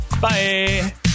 Bye